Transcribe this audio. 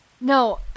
No